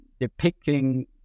depicting